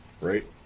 right